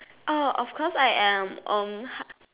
oh of course I am um